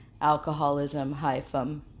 alcoholism